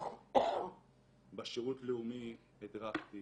בשירות לאומי הדרכתי